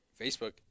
Facebook